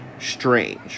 strange